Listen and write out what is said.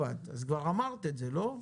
אז כבר אמרת את זה, לא?